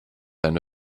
eine